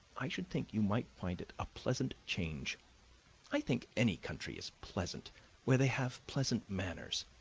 i should think you might find it a pleasant change i think any country is pleasant where they have pleasant manners.